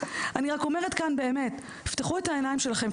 אבל תפתחו את העיניים שלכם,